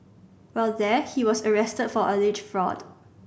while there he was arrested for alleged fraud